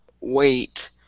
wait